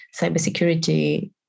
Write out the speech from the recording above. cybersecurity